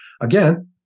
again